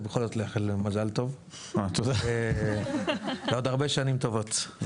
בכל זאת לאחל מזל טוב ועוד הרבה שנים טובות.